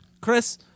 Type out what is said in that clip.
Chris